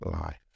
life